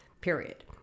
period